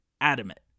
adamant